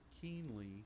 keenly